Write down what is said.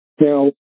Now